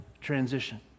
transition